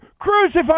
Crucify